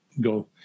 go